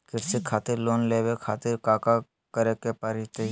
कृषि खातिर लोन लेवे खातिर काका करे की परतई?